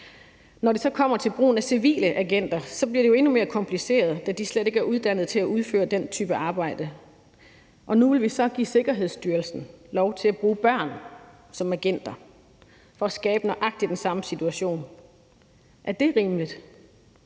Når det så kommer til brugen af civile agenter, bliver det jo endnu mere kompliceret, da de slet ikke er uddannet til at udføre den type arbejde. Og nu vil vi så give Sikkerhedsstyrelsen lov til at bruge børn som agenter for at skabe nøjagtig den samme situation. Er det rimeligt?